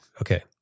Okay